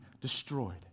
destroyed